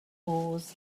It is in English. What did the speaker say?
oars